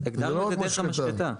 לא רק משחטה.